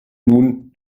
nun